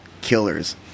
killers